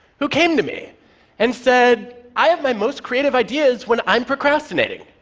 who came to me and said, i have my most creative ideas when i'm procrastinating.